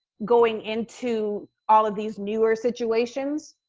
going into all of these newer situations,